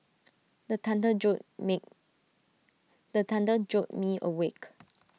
the thunder jolt me the thunder jolt me awake